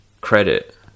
credit